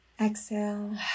exhale